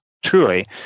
Truly